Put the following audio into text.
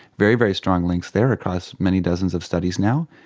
very, very strong links there across many dozens of studies now.